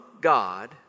God